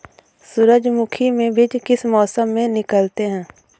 सूरजमुखी में बीज किस मौसम में निकलते हैं?